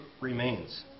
remains